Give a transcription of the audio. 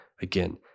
again